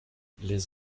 les